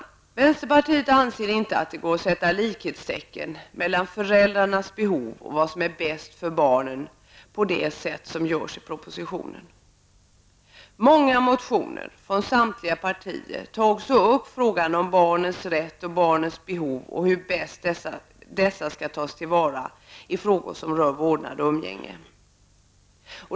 Vi i vänsterpartiet anser inte att det går att sätta likhetstecken mellan föräldrarnas behov och det som är bäst för barnen på det sätt som görs i propositionen. I många motioner, från samtliga partier, tar man också upp frågan om barnens rätt och barnens behov samt om hur dessa bäst skall tas till vara i frågor som rör vårdnad och umgänge.